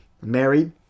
married